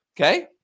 Okay